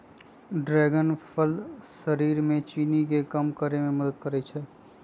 dragon फल शरीर में चीनी के कम करे में मदद करई छई